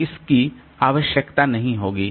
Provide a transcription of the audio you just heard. तो इसकी आवश्यकता नहीं होगी